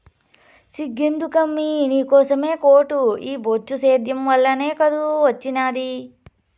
సిగ్గెందుకమ్మీ నీకోసమే కోటు ఈ బొచ్చు సేద్యం వల్లనే కాదూ ఒచ్చినాది